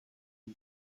een